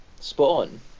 spot-on